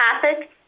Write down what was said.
topic